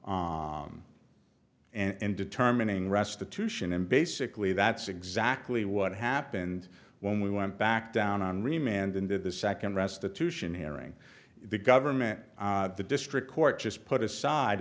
and determining restitution and basically that's exactly what happened when we went back down on remand in the second restitution hearing the government the district court just put aside